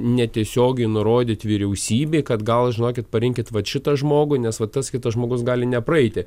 netiesiogiai nurodyt vyriausybei kad gal žinokit parinkit vat šitą žmogų nes va tas kitas žmogus gali nepraeiti